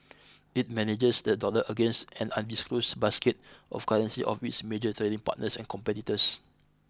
it manages the dollar against an undisclosed basket of currencies of its major trading partners and competitors